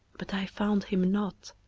but i found him not.